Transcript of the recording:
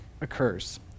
occurs